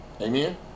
Amen